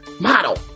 model